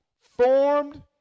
formed